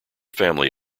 family